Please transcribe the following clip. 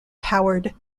powered